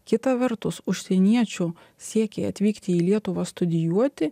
kita vertus užsieniečių siekiai atvykti į lietuvą studijuoti